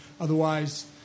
Otherwise